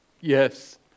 Yes